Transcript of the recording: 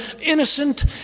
innocent